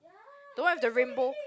the one with the rainbow